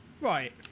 right